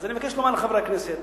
אז אני מבקש לומר לחברי הכנסת,